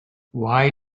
why